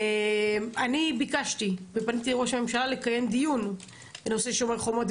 אני ביקשתי ופניתי לראש הממשלה לקיים דיון בנושא "שומר חומות",